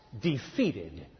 defeated